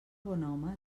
bonhome